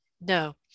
No